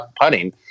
putting